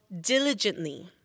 diligently